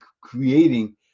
creating